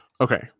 Okay